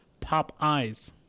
Popeye's